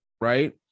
right